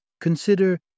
Consider